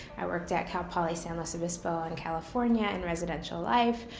i worked at cal poly, san luis obispo in california in residential life.